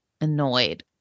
annoyed